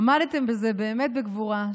עמדתם בזה באמת בגבורה,